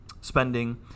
spending